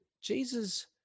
Jesus